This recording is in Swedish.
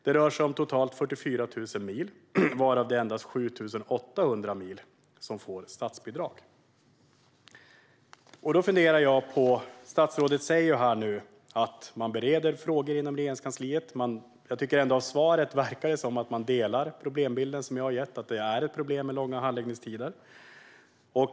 Det rör sig om totalt 44 000 mil, varav endast 7 800 mil får statsbidrag. Då funderar jag på det som statsrådet säger om att man bereder frågor inom Regeringskansliet. Av svaret verkar det som att man delar synen på bilden som jag har gett av att det är ett problem med långa handläggningstider.